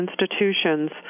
institutions